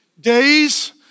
days